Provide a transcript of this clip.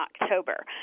October